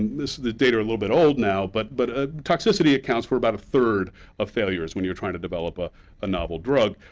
the data are a little bit old now, but but ah toxicity accounts for about a third of failures when you're trying to develop ah a novel drug.